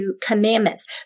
commandments